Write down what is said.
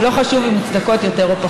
ואני מניח,